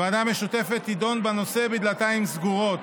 הוועדה המשותפת תידון בנושא בדלתיים סגורות".